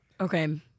okay